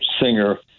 singer